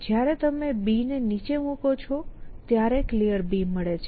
જયારે તમે B ને નીચે મુકો છો ત્યારે Clear મળે છે